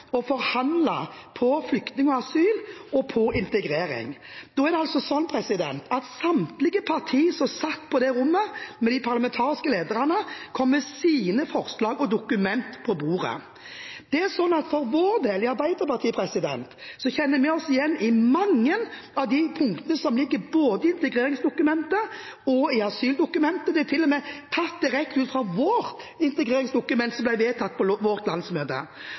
og forhandlet om flyktning- og asylsituasjonen og på integrering. Samtlige partier som satt i det rommet, med de parlamentariske lederne, har kommet med sine forslag og dokumenter på bordet. For vår del, i Arbeiderpartiet, kjenner vi oss igjen i mange av de punktene som ligger i integreringsdokumentet og i asyldokumentet, det er til og med tatt rett ut fra vårt integreringsdokument, som ble vedtatt på vårt landsmøte.